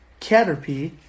Caterpie